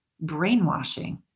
brainwashing